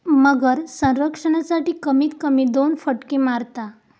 मगर संरक्षणासाठी, कमीत कमी दोन फटके मारता